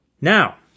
Now